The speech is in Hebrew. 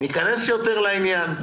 ניכנס יותר לעניין,